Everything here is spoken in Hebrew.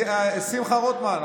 שמחה רוטמן,